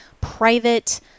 private